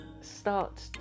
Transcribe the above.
start